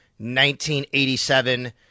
1987